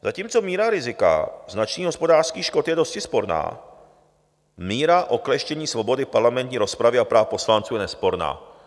Zatímco míra rizika značných hospodářských škod je dosti sporná, míra okleštění svobody parlamentní rozpravy a práv poslanců je nesporná.